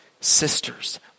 sisters